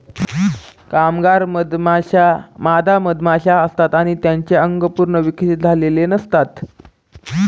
कामगार मधमाश्या मादा मधमाशा असतात आणि त्यांचे अंग पूर्ण विकसित झालेले नसतात